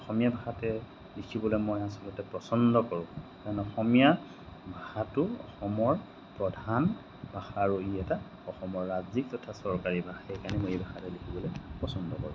অসমীয়া ভাষাতে লিখিবলৈ মই আচলতে পচন্দ কৰোঁ কাৰণ অসমীয়া ভাষাটো অসমৰ প্ৰধান ভাষা আৰু ই এটা অসমৰ ৰাজ্যিক তথা চৰকাৰী ভাষা সেইকাৰণে মই এই ভাষাতে লিখিবলৈ পচন্দ কৰোঁ